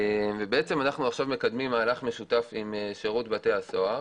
אנחנו מקדמים עכשיו מהלך משותף עם שירות בתי הסוהר